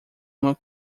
uma